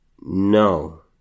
No